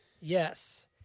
Yes